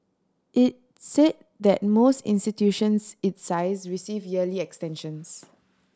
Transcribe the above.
it say that most institutions its size receive yearly extensions